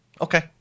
Okay